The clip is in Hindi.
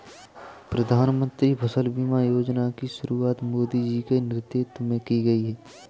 प्रधानमंत्री फसल बीमा योजना की शुरुआत मोदी जी के नेतृत्व में की गई है